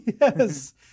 yes